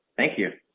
thank you